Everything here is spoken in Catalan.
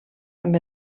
amb